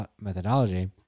methodology